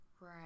Right